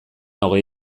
hogei